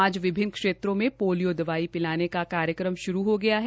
आज विभिन्न क्षेत्रों में पोलियो की दवाई पिलाने का कार्य श्रू हो गया है